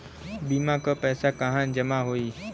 बीमा क पैसा कहाँ जमा होई?